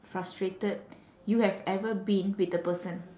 frustrated you have ever been with a person